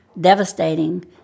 devastating